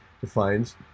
defines